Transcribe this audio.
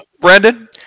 Brandon